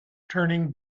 turning